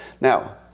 Now